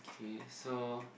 okay so